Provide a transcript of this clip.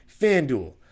FanDuel